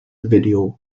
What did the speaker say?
video